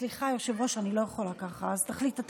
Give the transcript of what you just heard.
סליחה, היושב-ראש, אני לא יכולה ככה, אז תחליט.